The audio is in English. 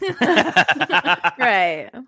Right